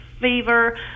Fever